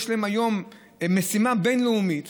יש להן היום משימה בין-לאומית